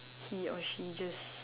he or she just